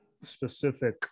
specific